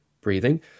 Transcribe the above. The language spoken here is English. breathing